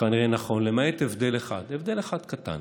כנראה נכון, למעט הבדל אחד, הבדל אחד קטן: